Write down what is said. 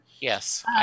yes